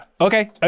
Okay